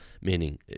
meaning